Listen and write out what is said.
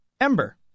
Ember